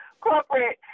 corporate